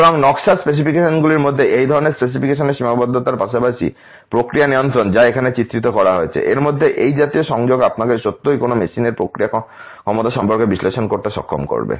সুতরাং নকশার স্পেসিফিকেশনগুলির মধ্যে এই ধরণের স্পেসিফিকেশনের সীমাবদ্ধতার পাশাপাশি প্রক্রিয়া নিয়ন্ত্রণ যা এখানে চিত্রিত করা হয়েছে এর মধ্যে এই জাতীয় সংযোগ আপনাকে সত্যই কোনও মেশিনের প্রক্রিয়া ক্ষমতা সম্পর্কে বিশ্লেষণ করতে সক্ষম করবে